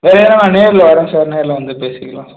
வேறு எதுனா நேரில் வர சார் நேரில் வந்து பேசிக்கலாம் சார்